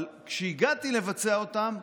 אבל כשהגעתי לבצע אותם,